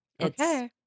Okay